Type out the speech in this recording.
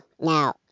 Now